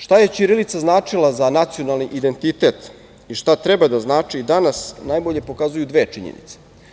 Šta je ćirilica značila za nacionalni identitet i šta treba da znači danas, najbolje pokazuju dve činjenice.